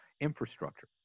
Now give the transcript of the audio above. infrastructure